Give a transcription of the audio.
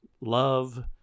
love